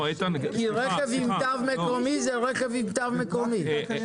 כי רכב עם תו מקומי, זה רכב עם תו מקומי.